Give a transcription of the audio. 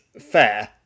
fair